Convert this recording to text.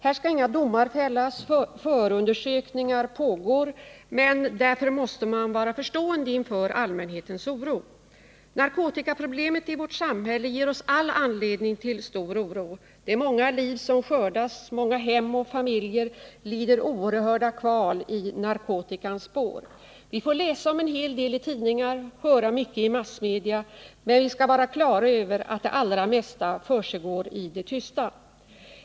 Här skall inga domar fällas; förundersökningar pågår. Men man måste vara förstående inför allmänhetens oro. Narkotikaproblemet i vårt samhälle ger oss all anledning till stor oro. Det är många liv som skördas, många familjer som lider oerhörda kval i narkotikans spår. Vi får läsa om en hel del i tidningar och höra mycket i andra massmedia. Men vi skall vara på det klara med att det allra mesta försiggår i det tysta.